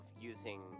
using